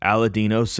Aladino